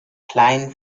kleinen